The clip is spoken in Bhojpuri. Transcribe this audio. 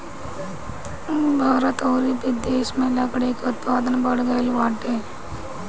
भारत अउरी बिदेस में लकड़ी के उत्पादन बढ़ गइल बाटे